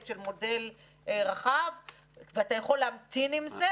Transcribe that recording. של מודל רחב ואתה יכול להמתין עם זה,